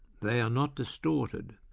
they are not distorted,